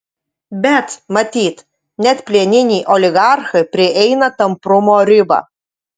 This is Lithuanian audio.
bet matyt net plieniniai oligarchai prieina tamprumo ribą